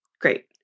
great